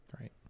Right